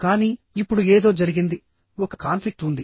కానీ ఇప్పుడు ఏదో జరిగింది ఒక కాన్ఫ్లిక్ట్ ఉంది